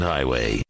Highway